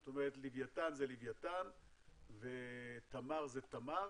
זאת אומרת לווייתן זה לווייתן ותמר זה תמר